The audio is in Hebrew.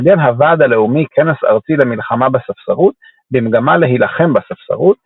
ארגן הוועד הלאומי כנס ארצי למלחמה בספסרות במגמה להילחם בספסרות,